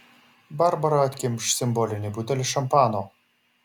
barbara atkimš simbolinį butelį šampano